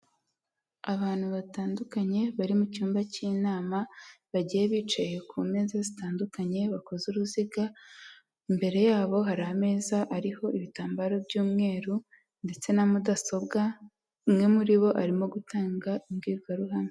Abantu batandukanye bari mu cyumba cy'inama bagiye bicaye ku meza zitandukanye bakoze uruziga, imbere yabo hari ameza ariho ibitambaro by'umweru ndetse na mudasobwa umwe muri bo arimo gutanga imbwirwaruhame.